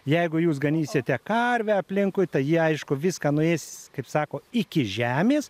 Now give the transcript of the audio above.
jeigu jūs ganysite karvę aplinkui tai ji aišku viską nueis kaip sako iki žemės